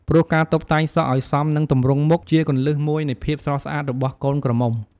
ព្រោះការតុបតែងសក់ឲ្យសមនឹងទំរង់មុខជាគន្លឹះមួយនៃភាពស្រស់ស្អាតរបស់កូនក្រមុំ។